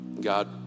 God